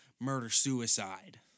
murder-suicide